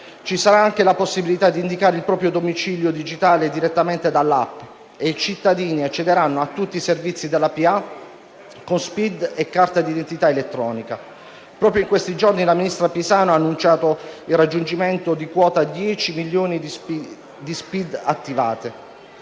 Ci sarà anche la possibilità di indicare il proprio domicilio digitale direttamente dall'*app* e i cittadini accederanno a tutti i servizi della pubblica amministrazione con SPID e carta d'identità elettronica. Proprio in questi giorni la ministra Pisano ha annunciato il raggiungimento di quota 10 milioni di SPID attivati.